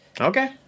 Okay